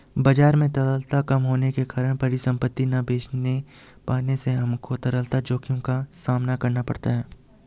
बाजार में तरलता कम होने के कारण परिसंपत्ति ना बेच पाने से हमको तरलता जोखिम का सामना करना पड़ता है